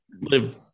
live